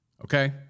Okay